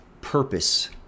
purpose